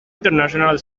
international